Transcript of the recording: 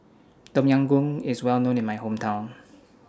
Tom Yam Goong IS Well known in My Hometown